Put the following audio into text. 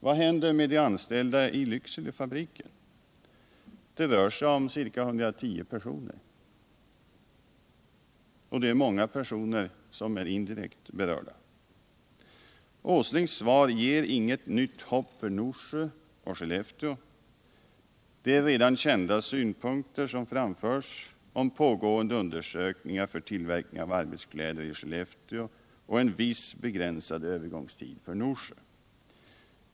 Vad händer med de anställda i Lyckselefabriken? Det rör sig om ca 110 personer, och många andra är också indirekt berörda. Nils Åskngs svar ger inget nytt hopp för Norsjö och Skellefteå. Det framförs redan kända synpunkter om pågående undersökningar för tillverkning av arbetskläder i Skellefteå och en viss begränsad övergångstid för Norsjö.